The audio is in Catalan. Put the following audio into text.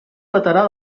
veterà